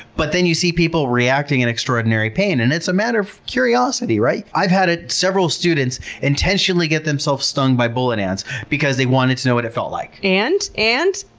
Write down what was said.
but then you see people reacting in extraordinary pain and it's a matter of curiosity, right? i've had ah several students intentionally get themselves stung by bullet ants because they wanted to know what it felt like. and? and?